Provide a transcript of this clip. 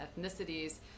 ethnicities